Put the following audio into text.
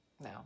No